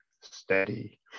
Steady